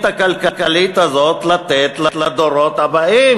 הכלכלית הזאת אמורה לתת לדורות הבאים,